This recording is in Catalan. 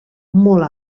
molt